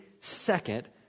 second